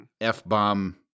F-bomb